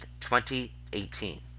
2018